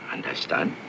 understand